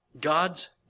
God's